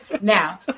Now